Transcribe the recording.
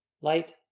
light